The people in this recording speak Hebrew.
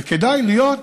וכדאי להיות,